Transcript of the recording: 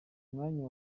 mwanya